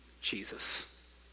Jesus